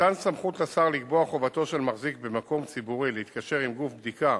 מתן סמכות לשר לקבוע חובתו של מחזיק במקום ציבורי להתקשר עם גוף בדיקה